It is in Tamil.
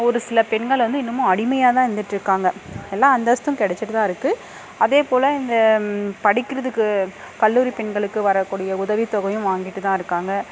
ஒரு சில பெண்கள் வந்து இன்னுமும் அடிமையாக தான் இருந்துட்டுருக்காங்க எல்லா அந்தஸ்தும் கிடச்சிட்டு தான்ருக்கு அதேபோல் இந்த படிக்கிறதுக்கு கல்லூரி பெண்களுக்கு வரக்கூடிய உதவித்தொகையும் வாங்கிட்டு தான் இருக்காங்க